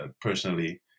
personally